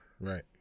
right